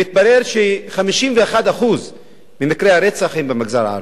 מתברר ש-51% ממקרי הרצח הם במגזר הערבי,